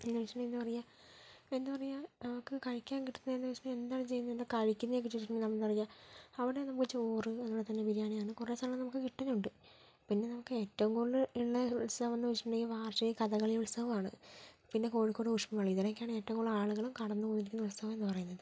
എന്ന് വെച്ചിട്ടുണ്ടെങ്കിൽ എന്താ പറയുക എന്താ പറയുക നമുക്ക് കഴിക്കാൻ കിട്ടുന്നതെന്ന് വെച്ചിട്ടുണ്ടെങ്കിൽ എന്താണ് ചെയ്യുന്നതെന്ന് എന്താ കഴിക്കുന്നത് എന്നൊക്കെ ചോദിച്ചിട്ടുണ്ടെങ്കിൽ നമ്മളെന്താ പറയുക അവിടെ നമുക്ക് ചോറ് അതുപോലെ തന്നെ ബിരിയാണി അങ്ങനെ കുറേ സാധനം നമുക്ക് കിട്ടുന്നുണ്ട് പിന്നെ നമുക്ക് ഏറ്റവും കൂടുതൽ ഉള്ള ഉത്സവം എന്ന് വെച്ചിട്ടുണ്ടെങ്കിൽ വാർഷിക കഥകളി ഉത്സവമാണ് പിന്നെ കോഴിക്കോട് പുഷ്പമേള ഇതിലൊക്കെയാണ് ഏറ്റവും കൂടുതൽ ആളുകൾ കടന്നു പോയിരിക്കുന്ന ഉത്സവം എന്ന് പറയുന്നത്